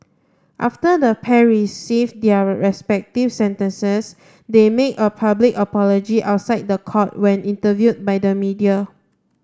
after the pair received their respective sentences they made a public apology outside the court when interviewed by the media